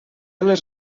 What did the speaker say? les